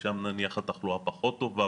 כי שם התחלואה פחות טובה,